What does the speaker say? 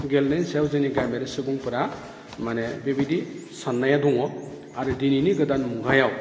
गेलेनायनि सायाव जोंनि गामियारि सुबुंफोरा माने बेबायदि साननाया दङ आरो दिनैनि गोदान मुगायाव